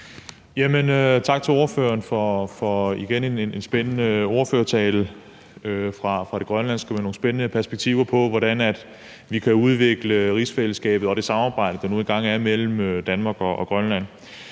Tak til ordføreren for en igen spændende ordførertale fra det grønlandske med nogle spændende perspektiver på, hvordan vi kan udvikle rigsfællesskabet og det samarbejde, der nu engang er mellem Danmark og Grønland.